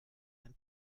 ein